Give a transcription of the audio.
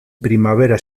primavera